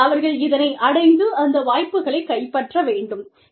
அவர்கள் இதனை அடைந்து அந்த வாய்ப்புகளைக் கைப்பற்ற முடியும்